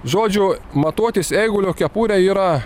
žodžiu matuotis eigulio kepurę yra